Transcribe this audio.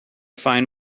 find